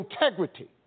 integrity